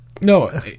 No